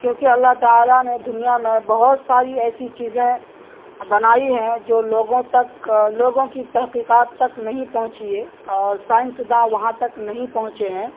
کیونکہ اللہ تعالیٰ نے دنیا میں بہت ساری ایسی چیزیں بنائی ہیں جو لوگوں تک لوگوں کی تحقیقات تک نہیں پہنچی ہے اور سائنسداں وہاں تک نہیں پہنچے ہیں